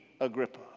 Agrippa